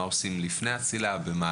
על מה עושים לפני הצלילה,